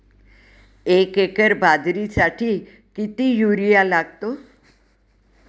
एक एकर बाजरीसाठी किती युरिया लागतो?